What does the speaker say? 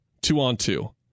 two-on-two